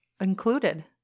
included